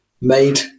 made